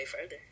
further